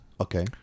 okay